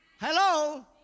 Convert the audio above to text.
Hello